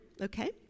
Okay